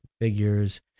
figures